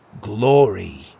Glory